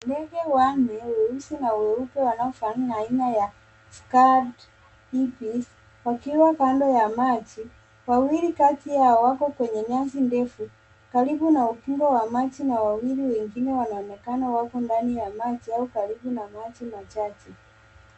Ndege wa angani weusi na weupe wanaofanana aina ya na scared species wakiwa kando ya maji. Wawili kati yao wako kwenye nyasi ndefu karibu na ukingo wa maji na wengine wawili wanaonekana wako ndani ya maji au karibu na maji machache.